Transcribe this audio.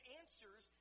answers